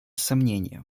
сомнения